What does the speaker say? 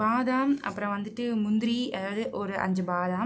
பாதாம் அப்புறம் வந்துட்டு முந்திரி அதாவது ஒரு அஞ்சு பாதாம்